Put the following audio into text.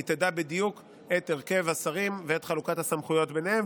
היא תדע בדיוק את הרכב השרים ואת חלוקת הסמכויות ביניהם,